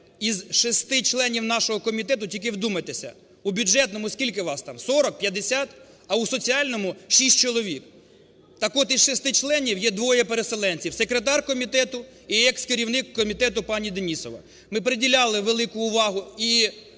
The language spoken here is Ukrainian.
із 6 членів нашого комітету, тільки вдумайтеся, у бюджетному скільки вас, там: 40, 50? А у соціальному - 6 чоловік. Так от, із 6 членів є двоє переселенців: секретар комітету і екс-керівник комітету пані Денісова. Ми приділяли велику увагу і…